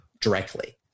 directly